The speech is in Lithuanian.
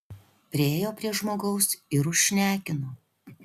priėjo prie žmogaus ir užšnekino